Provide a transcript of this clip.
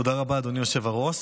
תודה רבה, אדוני היושב-ראש.